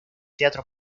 teatro